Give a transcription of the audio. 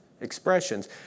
expressions